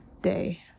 day